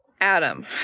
adam